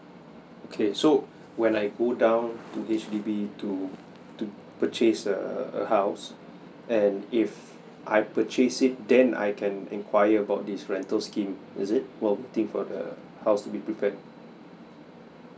okay so when I go down to H_D_B to to purchase a a house and if I purchase it then I can inquire about this rental scheme is it while waiting for the house to be prepared